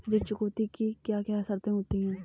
ऋण चुकौती की क्या क्या शर्तें होती हैं बताएँ?